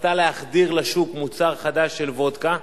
רצתה להחדיר לשוק מוצר חדש של וודקה,